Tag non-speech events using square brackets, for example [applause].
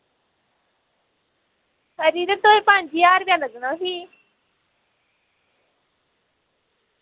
खरी ते [unintelligible] पंज ज्हार रपेआ लग्गना फ्ही